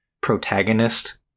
protagonist